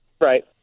Right